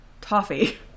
toffee